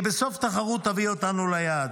כי בסוף התחרות תביא אותנו ליעד.